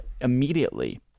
immediately